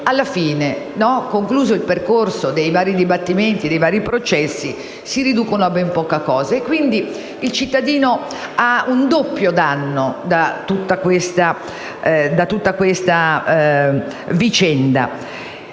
alla fine, concluso il percorso dei vari dibattimenti e processi, si riducono a ben poca cosa. Il cittadino, quindi, ha un doppio danno da tutta la vicenda.